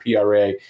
PRA